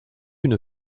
une